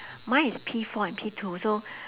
mine is P four and P two so